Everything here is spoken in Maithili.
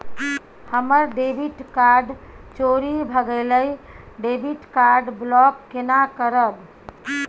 हमर डेबिट कार्ड चोरी भगेलै डेबिट कार्ड ब्लॉक केना करब?